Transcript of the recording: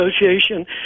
Association